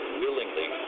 willingly